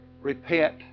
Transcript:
Repent